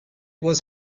was